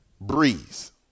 Breeze